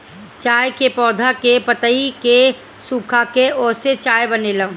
चाय के पौधा के पतइ के सुखाके ओसे चाय बनेला